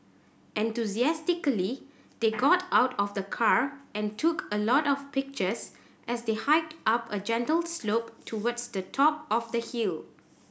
enthusiastically they got out of the car and took a lot of pictures as they hiked up a gentle slope towards the top of the hill